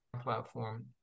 platform